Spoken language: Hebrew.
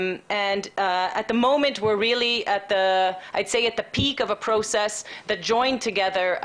כרגע אנחנו בשיא התהליך שמשלב את המשך אי-ההפללה יחד עם